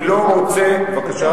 אני לא רוצה, יפה.